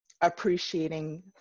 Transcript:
appreciating